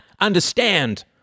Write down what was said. understand